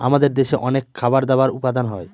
আমাদের দেশে অনেক খাবার দাবার উপাদান হয়